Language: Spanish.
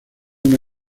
una